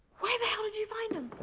where the hell did you find him?